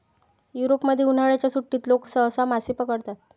युरोपमध्ये, उन्हाळ्याच्या सुट्टीत लोक सहसा मासे पकडतात